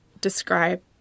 describe